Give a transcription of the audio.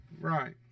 Right